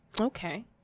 Okay